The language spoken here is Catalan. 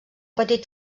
petit